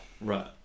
Right